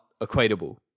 equatable